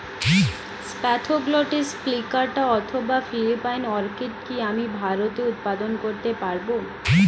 Spathoglottis plicata অথবা Philippine orchid কি আমি ভারতে উৎপাদন করতে পারবো?